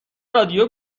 رادیو